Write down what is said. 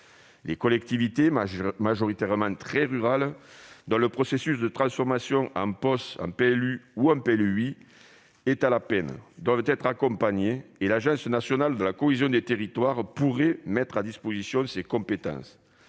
Les collectivités, majoritairement rurales, dont le processus de transformation du POS en PLU ou en PLUi est à la peine, doivent être accompagnées. L'Agence nationale de la cohésion des territoires (ANCT) pourrait mettre à disposition ses compétences.